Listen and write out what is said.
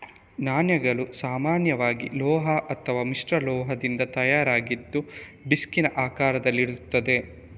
ನಾಣ್ಯಗಳು ಸಾಮಾನ್ಯವಾಗಿ ಲೋಹ ಅಥವಾ ಮಿಶ್ರಲೋಹದಿಂದ ತಯಾರಾಗಿದ್ದು ಡಿಸ್ಕಿನ ಆಕಾರದಲ್ಲಿರ್ತದೆ